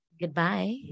goodbye